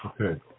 Okay